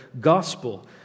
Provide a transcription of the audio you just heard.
gospel